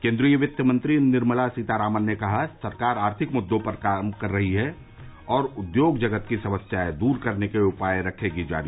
केन्द्रीय वित्त मंत्री निर्मला सीतारामन ने कहा सरकार आर्थिक मुद्दों पर कर रही है काम और उद्योग जगत की समस्याएं दूर करने के उपाय रखेगी जारी